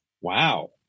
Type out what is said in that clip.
wow